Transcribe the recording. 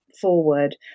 forward